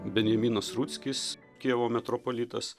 benjaminas ruckis kijevo metropolitas